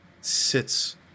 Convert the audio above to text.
sits